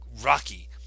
Rocky